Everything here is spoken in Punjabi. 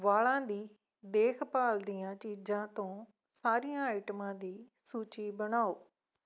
ਵਾਲਾਂ ਦੀ ਦੇਖਭਾਲ ਦੀਆਂ ਚੀਜ਼ਾਂ ਤੋਂ ਸਾਰੀਆਂ ਆਈਟਮਾਂ ਦੀ ਸੂਚੀ ਬਣਾਓ